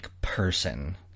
person